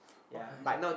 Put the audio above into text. okay